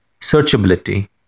searchability